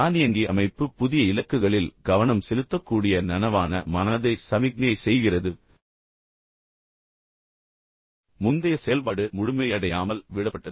தானியங்கி அமைப்பு புதிய இலக்குகளில் கவனம் செலுத்தக்கூடிய நனவான மனதை சமிக்ஞை செய்கிறது முந்தைய செயல்பாடு முழுமையடையாமல் விடப்பட்டது